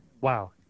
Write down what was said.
Wow